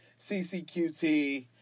CCQT